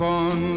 on